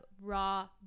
raw